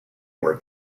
were